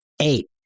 Eight